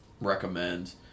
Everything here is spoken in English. recommend